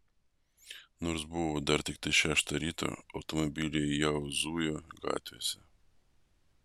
nors buvo dar tiktai šešta ryto automobiliai jau zujo gatvėse